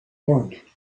want